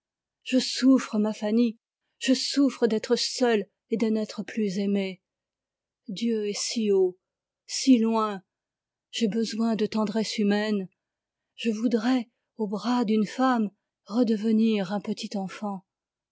je souffre ma fanny je souffre d'être seul et de n'être plus aimé dieu est si haut si loin j'ai besoin de tendresse humaine je voudrais aux bras d'une femme redevenir un petit enfant